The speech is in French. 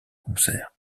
concerts